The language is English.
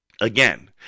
Again